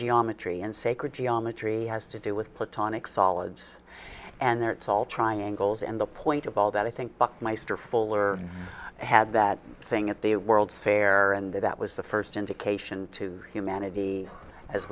geometry and sacred geometry has to do with platonic solids and there it's all triangles and the point of all that i think buck meister fuller had that thing at the world's fair and that was the first indication to humanity as